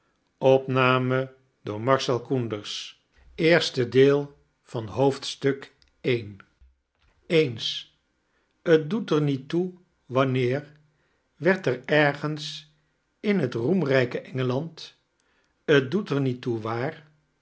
eens t doet er niet toe wanneer wend er ergens in het roeimrijke engeland t doet er niet toe waar